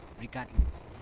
regardless